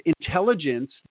intelligence